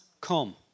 come